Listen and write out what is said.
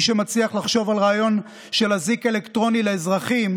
מי שמצליח לחשוב על רעיון של אזיק אלקטרוני לאזרחים,